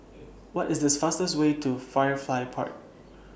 What IS This fastest Way to Firefly Park